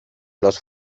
los